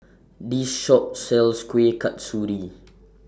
This Shop sells Kuih Kasturi